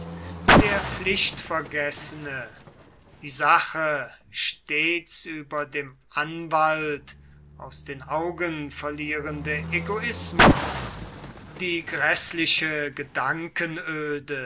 der pflichtvergessene die sache stets über dem anwalt aus den augen verlierende egoismus die gräßliche gedankenöde